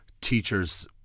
teachers